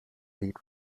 lead